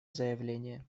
заявление